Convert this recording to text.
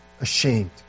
ashamed